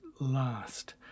last